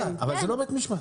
אבל זה לא בית משפט.